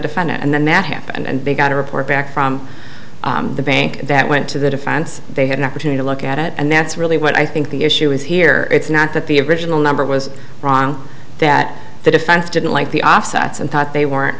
defendant and then that happened and began to report back from the bank that went to the defense they had an opportunity to look at it and that's really what i think the issue is here it's not that the original number was wrong that the defense didn't like the offsets and thought they weren't